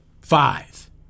Five